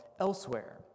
elsewhere